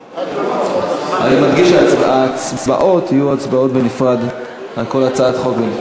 אני מדגיש, ההצבעות יהיו בנפרד על כל הצעת חוק.